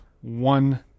one